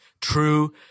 true